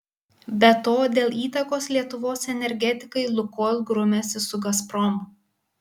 be to dėl įtakos lietuvos energetikai lukoil grumiasi su gazprom